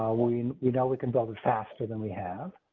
ah we, you know we can build faster than we have.